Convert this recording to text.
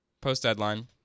Post-deadline